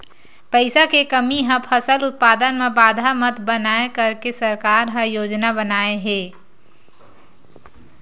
पईसा के कमी हा फसल उत्पादन मा बाधा मत बनाए करके सरकार का योजना बनाए हे?